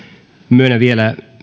myönnän vielä